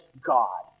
God